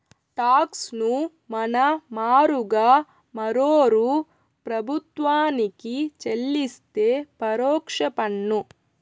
talks ను మన మారుగా మరోరూ ప్రభుత్వానికి చెల్లిస్తే పరోక్ష పన్ను